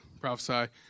prophesy